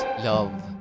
Love